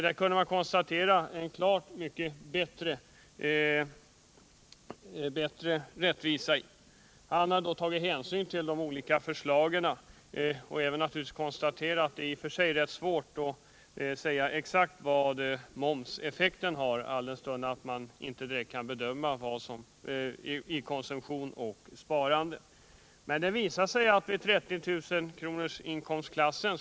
Man kunde konstatera en klart bättre rättvisa om man följde vårt förslag. Han hade tagit hänsyn till de olika förslagen och även konstaterat att det i och för sig är rätt svårt att veta vilken effekt momsen innebär — alldenstund man inte direkt kan bedöma vad som är konsumtion och sparande. Men det visade sig att sänkningen av skatten vid en inkomst på 30 000 kr.